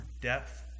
depth